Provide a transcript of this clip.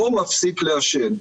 לא מפסיק לעשן.